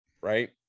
right